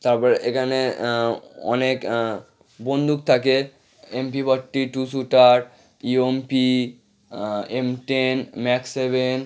তারপরে এখানে অনেক বন্দুক থাকে MP forty two shooter young P M ten max seven